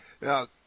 Now